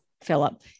Philip